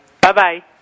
Bye-bye